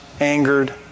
angered